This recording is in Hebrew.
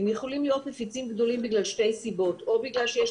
הם יכולים להיות מפיצים גדולים בגלל שתי סיבות: או בגלל שיש